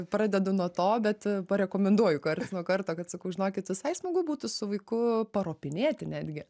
pradedu nuo to bet parekomenduoju karts nuo karto kad sakau žinokit visai smagu būtų su vaiku paropinėti netgi